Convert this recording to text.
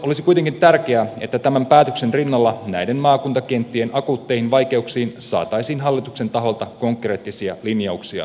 olisi kuitenkin tärkeää että tämän päätöksen rinnalla näiden maakuntakenttien akuutteihin vaikeuksiin saataisiin hallituksen taholta konkreettisia linjauksia mahdollisimman pian